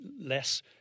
less